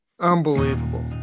Unbelievable